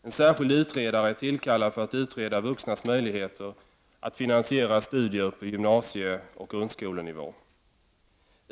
En särskild utredare är tillkallad för att utreda vuxnas möjligheter att finansiera studier på grundskoleoch gymnasienivå.